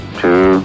two